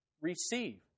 Receive